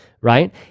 right